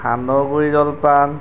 সান্দহ গুড়ি জলপান